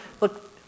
Look